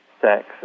sex